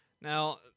Now